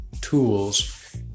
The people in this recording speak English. tools